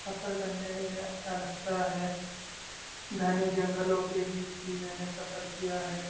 سفر کرنے میں اچھا لگتا ہے گھنے جنگلوں کے بیچ بھی میں نے سفر کیا ہے